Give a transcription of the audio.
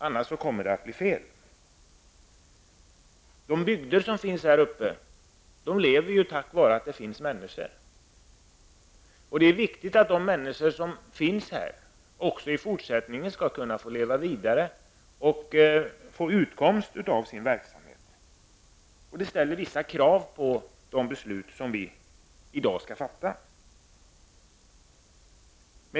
Annars kommer det att bli fel. Dessa bygder lever tack vare att människor bor där. Det är viktigt att dessa människor även i fortsättningen kan leva vidare och få en utkomst av sin verksamhet. Det ställer vissa krav på de beslut som vi skall fatta i dag.